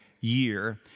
year